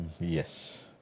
yes